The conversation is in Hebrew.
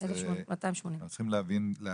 אז הם צריכים להבין.